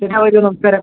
ചേട്ടാ വരൂ നമസ്കാരം